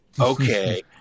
okay